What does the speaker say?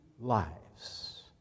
lives